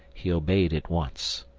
he obeyed at once.